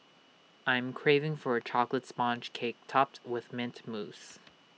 I'm craving for A Chocolate Sponge Cake Topped with Mint Mousse